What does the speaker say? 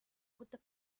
with